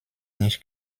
nicht